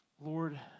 Lord